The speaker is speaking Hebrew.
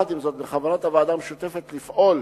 עם זאת, בכוונת הוועדה המשותפת לפעול